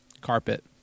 carpet